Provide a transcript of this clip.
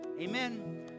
Amen